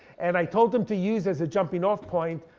and i told him to use, as a jumping off point,